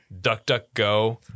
DuckDuckGo